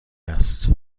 است